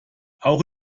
auch